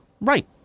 Right